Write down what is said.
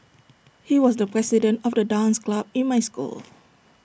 he was the president of the dance club in my school